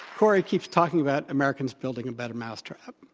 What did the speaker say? kori keeps talking about americans building a better mouse trap.